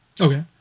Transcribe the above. Okay